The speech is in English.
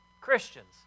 Christians